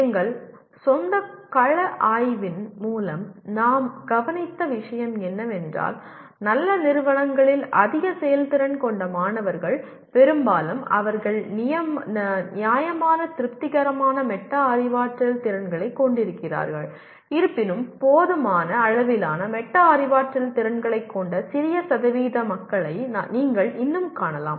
எங்கள் சொந்த கள ஆய்வின் மூலம் நாம் கவனித்த விஷயம் என்னவென்றால் நல்ல நிறுவனங்களில் அதிக செயல்திறன் கொண்ட மாணவர்கள் பெரும்பாலும் அவர்கள் நியாயமான திருப்திகரமான மெட்டா அறிவாற்றல் திறன்களைக் கொண்டிருக்கிறார்கள் இருப்பினும் போதுமான அளவிலான மெட்டா அறிவாற்றல் திறன்களைக் கொண்ட சிறிய சதவீத மக்களை நீங்கள் இன்னும் காணலாம்